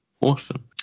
awesome